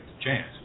chance